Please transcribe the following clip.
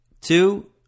Two